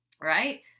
right